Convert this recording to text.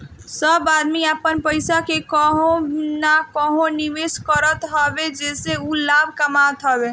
सब आदमी अपन पईसा के कहवो न कहवो निवेश करत हअ जेसे उ लाभ कमात हवे